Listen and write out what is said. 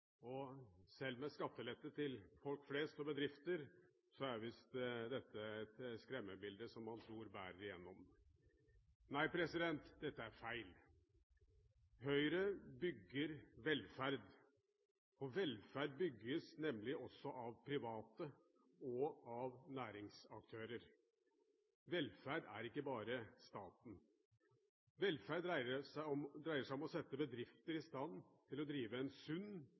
skattelette. Selv med skattelette til folk flest og bedrifter er visst dette et skremmebilde som man tror bærer igjennom. Nei, dette er feil. Høyre bygger velferd. Velferd bygges nemlig også av private og av næringsaktører. Velferd er ikke bare staten. Velferd dreier seg om å sette bedrifter i stand til å drive en sunn